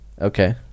Okay